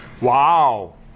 wow